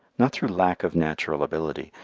not through lack of natural ability,